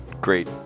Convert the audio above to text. great